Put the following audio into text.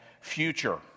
future